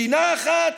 מדינה אחת,